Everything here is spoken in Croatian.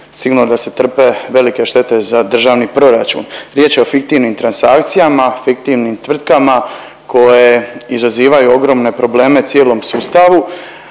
sigurno da se trpe velike štete za državni proračun. Riječ je o fiktivnim transakcijama, fiktivnim tvrtkama koje izazivaju ogromne probleme cijelom sustavu.